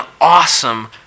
awesome